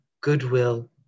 Goodwill